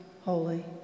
holy